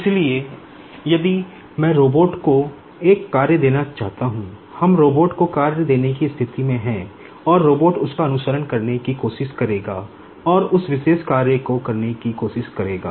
इसलिए यदि मैं रोबोट को एक कार्य देना चाहता हूं हम रोबोट को कार्य देने की स्थिति में हैं और रोबोट उसका अनुसरण करने की कोशिश करेगा और उस विशेष कार्य को करने की कोशिश करेगा